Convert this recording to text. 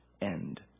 end